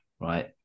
right